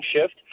shift